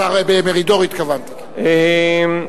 השר מרידור, התכוונתי להגיד.